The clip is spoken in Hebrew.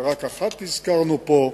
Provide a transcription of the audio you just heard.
ורק אחת הזכרנו פה,